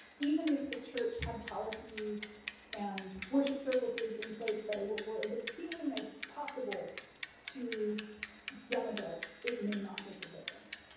even if the church had policies and worship services in place that were were as appealing as possible to young adults, it may not make a difference.